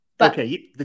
Okay